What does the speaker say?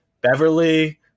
Beverly –